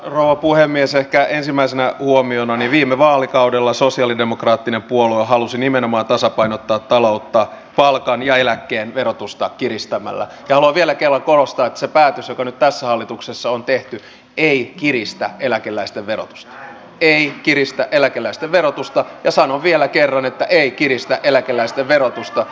eduskunta edellyttää että ensimmäisenä huomionani viime vaalikaudella sosialidemokraattinen puola halusi nimenomaan tasapainottaa talouttaan palkan ja eläkkeen verotusta kiristämällä geologi eläkkeelle puolustaa itse hallitus turvaa julkisen palvelun resurssit jotta hoidon saatavuus säilyy eikä kohdista lisää leikkauksia lääkäri ja sanon vielä kerran että ei kiristä eläkeläisten verotusta